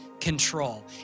control